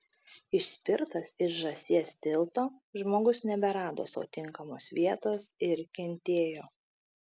išspirtas iš žąsies tilto žmogus neberado sau tinkamos vietos ir kentėjo